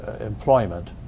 employment